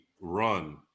run